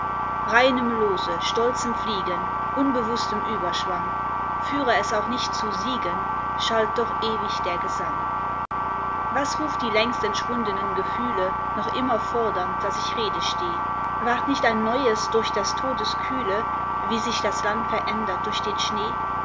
reinem lose stolzem fliegen unbewußtem überschwang führe es auch nicht zu siegen schallt doch ewig der gesang was ruft die längst entschwundenen gefühle noch immer fordernd daß ich rede steh ward nicht ein neues durch des todes kühle wie sich das land verändert durch den schnee